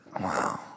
Wow